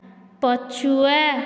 ପଛୁଆ